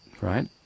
Right